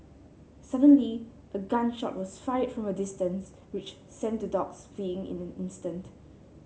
suddenly a gun shot was fired from a distance which sent the dogs fleeing in an instant